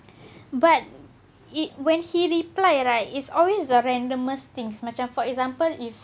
but it when he reply right it's always the randomness things macam for example if